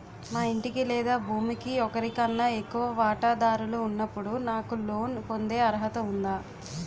మా ఇంటికి లేదా భూమికి ఒకరికన్నా ఎక్కువ వాటాదారులు ఉన్నప్పుడు నాకు లోన్ పొందే అర్హత ఉందా?